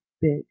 big